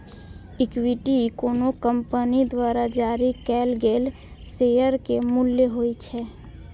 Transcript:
equity कोनो company द्वारा जारी कैल गेल शेयर के मूल्य होइ छै